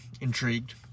intrigued